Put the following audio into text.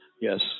Yes